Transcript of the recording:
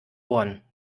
ohren